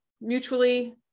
mutually